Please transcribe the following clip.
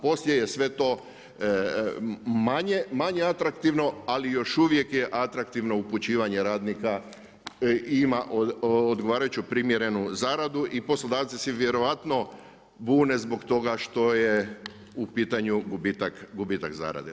Poslije je sve to manje atraktivno, ali još uvijek je atraktivno upućivanje radnika i ima odgovarajuću primjerenu zaradu i poslodavci se vjerojatno bune zbog toga što je u pitanju gubitak zarade.